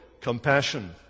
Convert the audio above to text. compassion